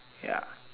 ya